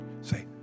Say